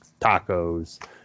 tacos